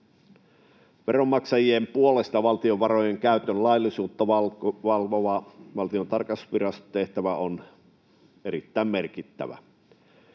Veronmaksajien puolesta valtion varojen käytön laillisuutta valvovan Valtion tarkastusviraston tehtävä on erittäin merkittävä.